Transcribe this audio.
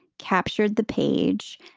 captured the page,